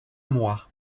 mois